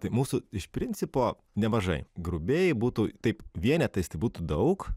tai mūsų iš principo nemažai grubiai būtų taip vienetais tai būtų daug